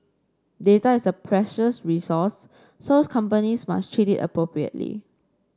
data is a precious resource so companies must treat it appropriately